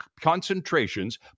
concentrations